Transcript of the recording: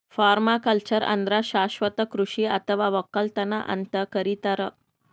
permaculture ಅಂದ್ರ ಶಾಶ್ವತ್ ಕೃಷಿ ಅಥವಾ ವಕ್ಕಲತನ್ ಅಂತ್ ಕರಿತಾರ್